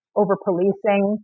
over-policing